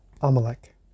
Amalek